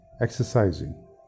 Exercising